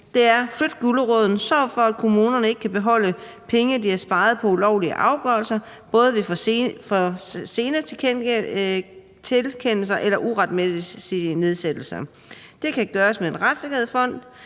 dem er: Flyt guleroden og sørg for, at kommunerne ikke kan beholde penge, de har sparet på ulovlige afgørelser, både ved for sene tilkendelser eller uretmæssige nedsættelser, og det kan gøres med en retssikkerhedsfond.